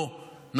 זה לא, משלחות.